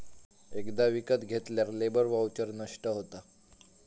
एकदा विकत घेतल्यार लेबर वाउचर नष्ट होता